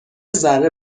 ذره